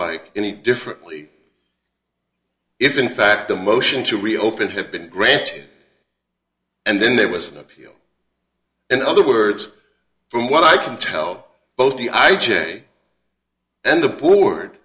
like any differently if in fact the motion to reopen had been granted and then there was an appeal in other words from what i can tell both the i j a and the board